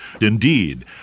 Indeed